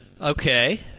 Okay